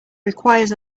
requires